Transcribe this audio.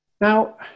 Now